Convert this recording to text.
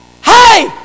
hey